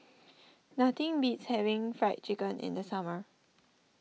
nothing beats having Fried Chicken in the summer